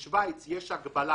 בשוויץ יש הגבלה